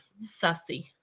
Sussy